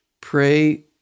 Pray